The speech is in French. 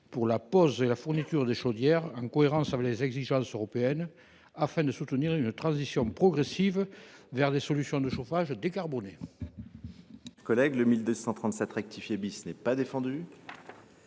fonctionnant au biométhane, en cohérence avec les exigences européennes, afin de soutenir une transition progressive vers des solutions de chauffage décarbonées.